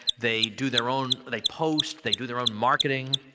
they do their own. they post, they do their own marketing,